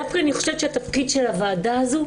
דווקא אני חושבת שהתפקיד של הוועדה הזאת,